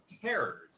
terrors